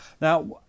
Now